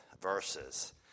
verses